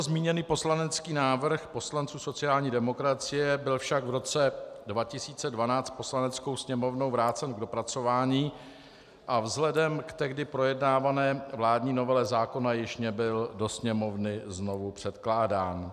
Zmíněný poslanecký návrh poslanců sociální demokracie byl však v roce 2012 Poslaneckou sněmovnou vrácen k dopracování a vzhledem k tehdy projednávané vládní novele zákona již nebyl do Sněmovny znovu předkládán.